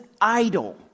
idol